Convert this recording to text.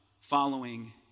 following